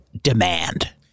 demand